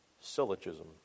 syllogism